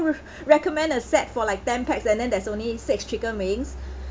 recommend a set for like ten pax and then there's only six chicken wings